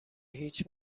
هیچ